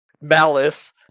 Malice